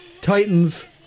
Titans